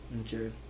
Okay